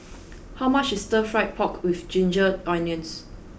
how much is stir fried pork with ginger onions